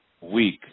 week